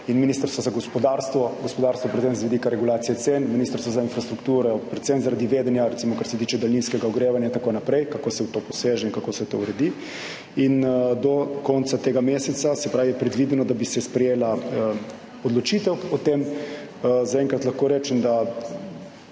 in tehnologijo – gospodarstvo, predvidevam, da z vidika regulacije cen, Ministrstvo za infrastrukturo predvsem zaradi vedenja, recimo kar se tiče daljinskega ogrevanja in tako naprej, kako se v to poseže in kako se to uredi in do konca tega meseca, se pravi, je predvideno, da bi se sprejela odločitev o tem. Zaenkrat lahko rečem, da